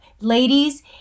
ladies